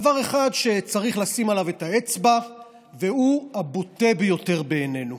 דבר אחד שצריך לשים עליו את האצבע והוא הבוטה ביותר בעינינו.